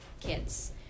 kids